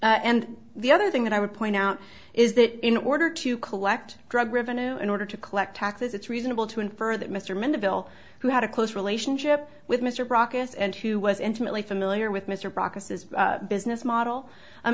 and the other thing that i would point out is that in order to collect drug revenue in order to collect taxes it's reasonable to infer that mr mandeville who had a close relationship with mr brackets and who was intimately familiar with mr baucus is a business model